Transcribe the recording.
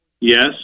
Yes